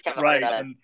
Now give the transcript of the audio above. right